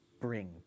bring